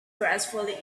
gracefully